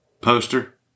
poster